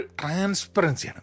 transparency